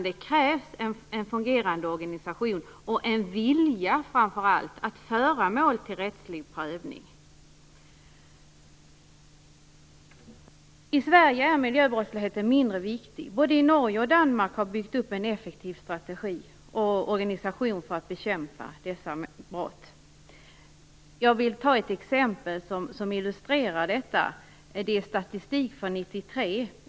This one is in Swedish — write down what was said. Det krävs en fungerande organisation och framför allt en vilja att föra mål till rättslig prövning. I Sverige är miljöbrottsligheten mindre viktig. Både Norge och Danmark har byggt upp en effektiv strategi och organisation för att bekämpa dessa brott. Jag vill ta ett exempel som illustrerar detta. Det är statistik från 1993.